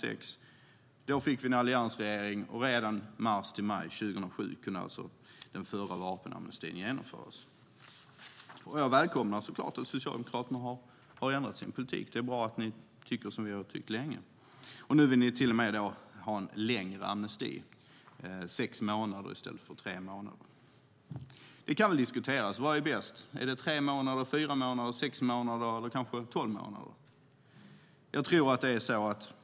Men då fick vi en alliansregering, och redan mars till maj 2007 kunde alltså den förra vapenamnestin genomföras. Jag välkomnar så klart att Socialdemokraterna har ändrat sin politik. Det är bra att ni tycker som vi har tyckt länge. Nu vill ni till och med ha en längre amnesti - sex månader i stället för tre månader. Det kan diskuteras vad som är bäst. Är det tre, fyra, sex eller kanske tolv månader?